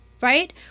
Right